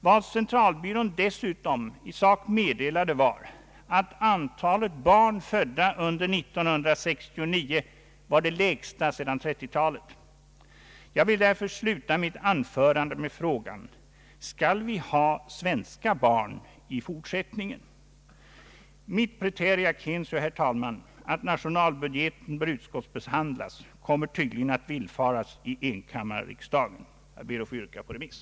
Vad centralbyrån dessutom meddelade var att antalet barn födda under år 1969 var det lägsta sedan 1930-talet. Jag vill därför sluta mitt anförande med frågan: Skall vi ha svenska barn i fortsättningen? Mitt praeterea censeo, herr talman, att nationalbudgeten bör utskottsbehandlas, kommer tydligen att villfaras i enkammarriksdagen. Jag ber att få yrka på remiss.